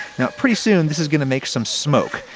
now pretty soon, this is gonna make some smoke.